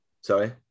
Sorry